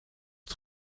het